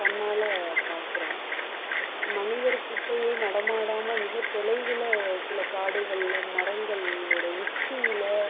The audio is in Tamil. கண்ணால பார்க்கிறோம் மனிதர் கிட்டையே நடமாடாமல் மிக தொலைவில் சில காடுகளில் மரங்கலோட உச்சியில்